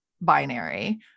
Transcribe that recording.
binary